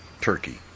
turkey